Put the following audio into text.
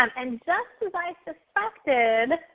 um and just as i suspected,